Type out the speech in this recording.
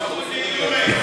דחו דיון היום.